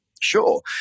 Sure